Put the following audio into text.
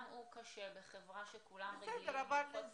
גם הוא קשה בחברה שכולם רגילים ללחוץ ידיים,